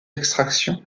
extraction